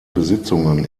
besitzungen